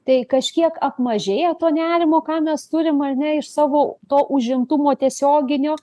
tai kažkiek apmažėja to nerimo ką mes turim ar ne iš savo to užimtumo tiesioginio